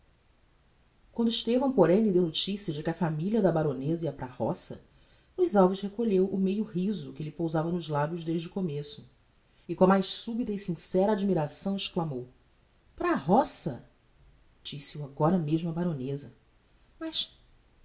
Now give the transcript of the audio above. quando estevão porém lhe deu noticia de que a familia da baroneza ia para a roça luiz alves recolheu o meio riso que lhe pousava nos labios desde começo e com a mais subita e sincera admiração exclamou para a roça disse-o agora mesmo a baroneza mas